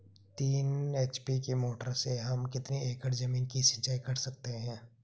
तीन एच.पी की मोटर से हम कितनी एकड़ ज़मीन की सिंचाई कर सकते हैं?